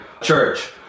church